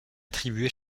attribué